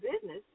business